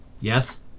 Yes